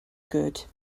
good